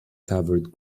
covered